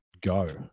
go